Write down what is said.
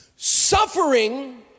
Suffering